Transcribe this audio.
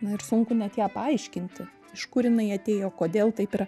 na ir sunku net ją paaiškinti iš kur jinai atėjo kodėl taip yra